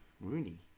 Rooney